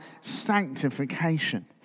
sanctification